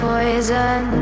Poison